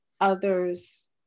others